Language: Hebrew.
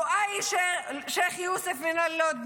לואי שיך יוסף מלוד,